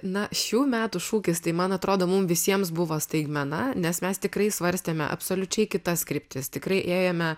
na šių metų šūkis tai man atrodo mum visiems buvo staigmena nes mes tikrai svarstėme absoliučiai kitas kryptis tikrai ėjome